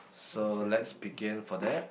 so let's begin for that